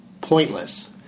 Pointless